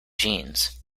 jeans